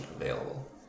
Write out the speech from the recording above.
available